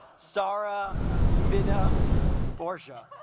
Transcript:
sarah minna portia